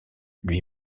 lui